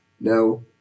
No